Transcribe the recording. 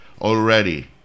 already